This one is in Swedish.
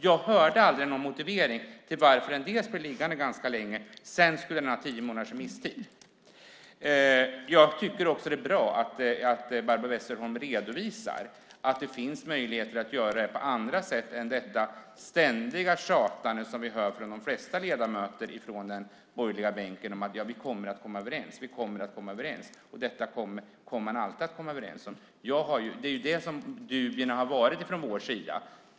Jag hörde aldrig någon motivering till varför den blev liggande ganska länge och att den sedan skulle ha tio månaders remisstid. Jag tycker också att det är bra att Barbro Westerholm redovisar att det finns möjligheter att göra det på andra sätt än detta ständiga tjatande som vi hör från de flesta ledamöter från den borgerliga bänken: Vi kommer att komma överens. Vi kommer att komma överens. Och detta kommer man alltid att komma överens om. Det är där som dubierna har varit från vår sida.